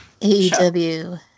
AEW